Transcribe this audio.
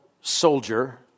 soldier